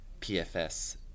PFS